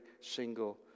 single